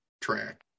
track